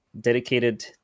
dedicated